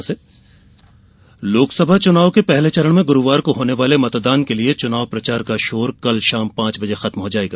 नामांकन लोकसभा चुनाव के पहले चरण में गुरूवार को होने वाले मतदान के लिए चुनाव प्रचार का षोर कल षाम पांच बजे खत्म हो जाएगा